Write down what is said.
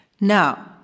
Now